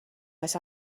oes